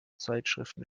zeitschriften